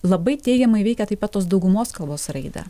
labai teigiamai veikia taip pat tos daugumos kalbos raidą